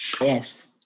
Yes